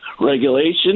Regulation